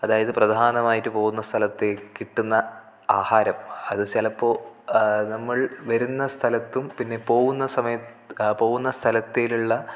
അതായത് പ്രധാനമായിട്ട് പോകുന്ന സ്ഥലത്തേ കിട്ടുന്ന ആഹാരം അത് ചിലപ്പോൾ നമ്മൾ വരുന്ന സ്ഥലത്തും പിന്നെ പോകുന്ന സമയത്ത് ആ പോകുന്ന സ്ഥലത്തേലുള്ള